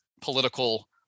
political